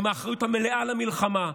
עם האחריות המלאה למלחמה,